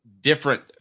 different